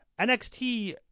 NXT